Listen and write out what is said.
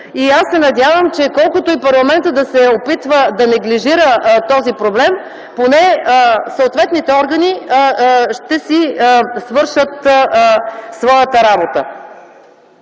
и се надявам, че колкото и парламентът да се опитва да неглижира този проблем, поне съответните органи ще си свършат работата.